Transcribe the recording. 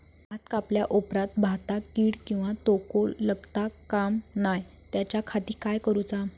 भात कापल्या ऑप्रात भाताक कीड किंवा तोको लगता काम नाय त्याच्या खाती काय करुचा?